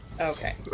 okay